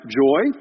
joy